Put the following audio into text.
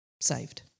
saved